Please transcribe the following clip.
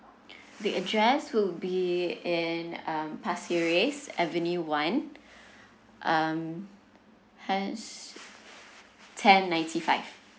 the address will be in um pasir ris avenue one um hence ten ninety five